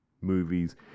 movies